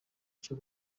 cyo